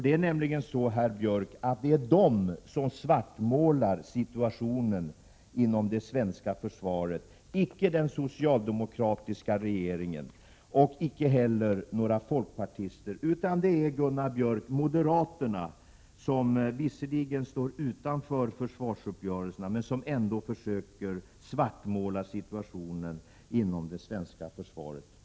Det är nämligen så, herr Björk, att det är de som svartmålar situationen inom det svenska försvaret. Det är icke den socialdemokratiska regeringen och icke heller några folkpartister, utan det är moderaterna, som visserligen står utanför försvarsuppgörelserna, men som ändå försöker svartmåla situationen inom det svenska försvaret.